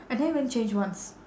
I never even change once